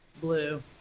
Blue